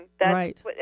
Right